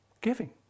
giving